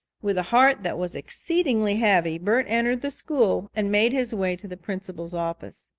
with a heart that was exceedingly heavy bert entered the school and made his way to the principal's office.